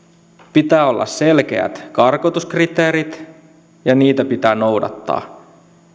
pitää olla selkeät karkotuskriteerit ja niitä pitää noudattaa